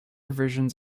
versions